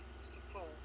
support